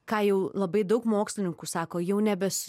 ką jau labai daug mokslininkų sako jau nebes